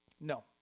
No